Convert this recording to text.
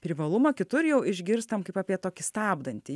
privalumą kitur jau išgirstam kaip apie tokį stabdantį